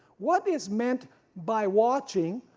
what is meant by watching,